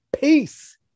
peace